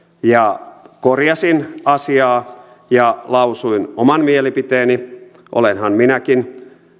ja korjasin asiaa ja lausuin oman mielipiteeni olenhan minäkin